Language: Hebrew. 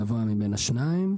הגבוה מבין השניים.